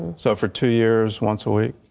so for two years once a week.